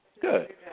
Good